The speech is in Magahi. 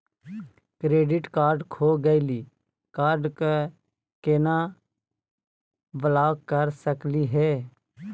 क्रेडिट कार्ड खो गैली, कार्ड क केना ब्लॉक कर सकली हे?